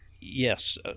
Yes